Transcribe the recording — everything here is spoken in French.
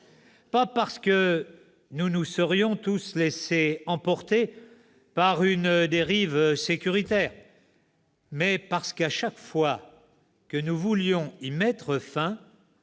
Non parce que nous nous serions tous laissé emporter par une dérive sécuritaire, mais parce que, chaque fois que nous voulions y mettre fin,